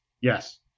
Yes